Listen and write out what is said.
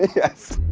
yes.